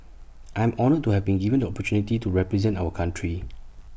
I am honoured to have been given the opportunity to represent our country